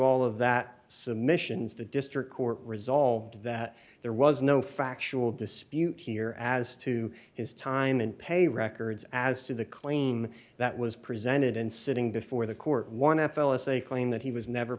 all of that submissions to district court resolved that there was no factual dispute here as to his time and pay records as to the claim that was presented and sitting before the court one dollar f l s a claim that he was never